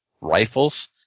Rifles